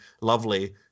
lovely